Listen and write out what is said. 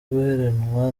guheranwa